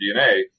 DNA